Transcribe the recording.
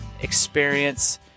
experience